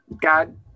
God